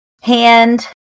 hand